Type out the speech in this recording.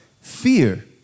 Fear